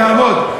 יעמוד.